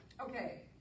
okay